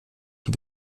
die